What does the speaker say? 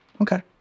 Okay